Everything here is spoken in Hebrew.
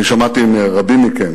אני שמעתי מרבים מכם